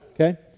Okay